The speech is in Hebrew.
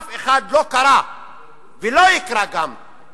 אף אחד לא קרא וגם לא יקרא לשלילת